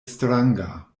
stranga